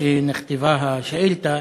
כשנכתבה השאילתה,